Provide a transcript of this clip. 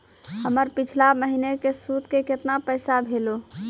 हमर पिछला महीने के सुध के केतना पैसा भेलौ?